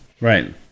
right